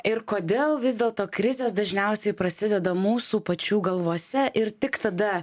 ir kodėl vis dėlto krizės dažniausiai prasideda mūsų pačių galvose ir tik tada